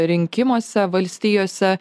rinkimuose valstijose